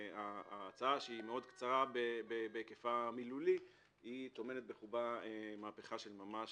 ההצעה שהיא מאוד קצרה בהקפה המילולי טומנת בחובה מהפכה של ממש